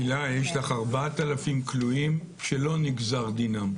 גלי, יש לך 4,000 כלואים שלא נגזר דינם.